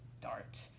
DART